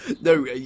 no